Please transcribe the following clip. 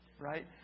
Right